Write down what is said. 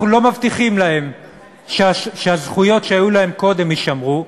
אנחנו לא מבטיחים להם שהזכויות שהיו להם קודם יישמרו,